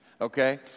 Okay